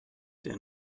der